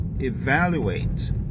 Evaluate